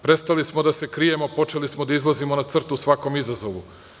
Prestali smo da se krijemo, a počeli smo da izlazimo na crtu svakom izazovu.